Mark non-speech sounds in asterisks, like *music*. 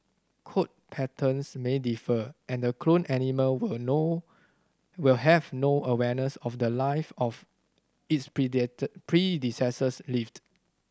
coat patterns may differ and the cloned animal will no will have no awareness of the life of its *unintelligible* predecessor lived